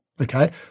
Okay